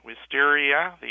wisteria